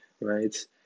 right